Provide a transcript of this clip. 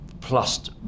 Plus